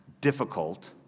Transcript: difficult